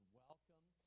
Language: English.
welcome